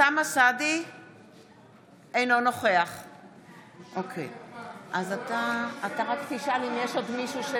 אינו נוכח יש עוד מישהו?